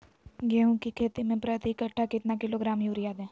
गेंहू की खेती में प्रति कट्ठा कितना किलोग्राम युरिया दे?